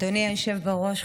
אדוני היושב בראש,